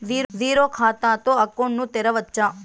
Zero ఖాతా తో account ను తెరవచ్చా?